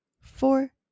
four